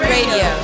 Radio